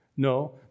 No